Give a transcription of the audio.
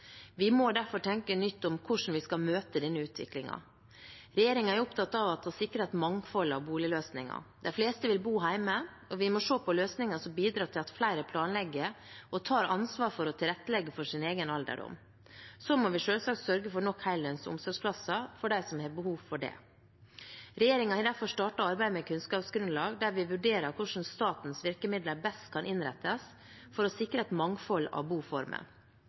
Vi må derfor tenke nytt om hvordan vi skal møte denne utviklingen. Regjeringen er opptatt av å sikre et mangfold av boligløsninger. De fleste vil bo hjemme, og vi må se på løsninger som bidrar til at flere planlegger og tar ansvar for å tilrettelegge for sin egen alderdom. Så må vi selvsagt sørge for nok heldøgns omsorgsplasser for dem som har behov for det. Regjeringen har derfor startet arbeidet med et kunnskapsgrunnlag der vi vurderer hvordan statens virkemidler best kan innrettes for å sikre et mangfold av boformer.